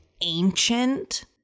ancient